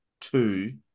Two